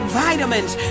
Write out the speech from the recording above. vitamins